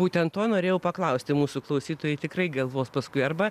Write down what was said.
būtent to norėjau paklausti mūsų klausytojai tikrai galvos paskui arba